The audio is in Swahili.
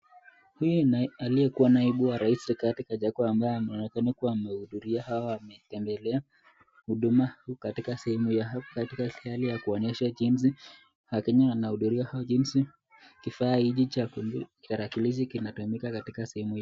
Huyu aliyekua naibu wa rais Rigathi Gachagua ambaye anaonekana kua amehudhuria au ametembelea huduma katika sehemu au katika ile ya kuonyesha jinsi wakenya wanhudhuria au jinsi kifaa hichi cha tarakilishi kinatumika katika sehemu hii.